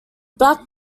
black